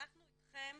אנחנו איתכם,